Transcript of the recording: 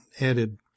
added—